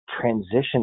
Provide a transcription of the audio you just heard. transition